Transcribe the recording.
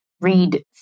read